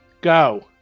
Go